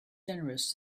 generous